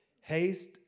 Haste